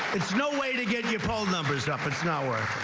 it's no way to get your poll numbers up it's now or.